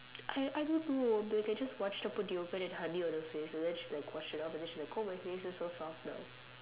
I I don't know I mean I just watched her put yogurt and honey on her face and then she like washed it off and then she like oh my face is so soft now